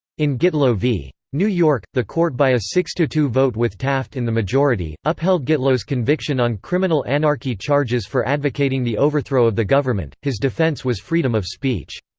in gitlow v. new york, the court by a six two two vote with taft in the majority, upheld gitlow's conviction on criminal anarchy charges for advocating the overthrow of the government his defense was freedom of speech.